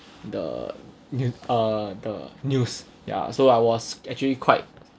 the new uh the news ya so I was actually quite